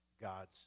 God's